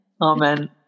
Amen